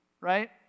right